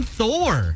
Thor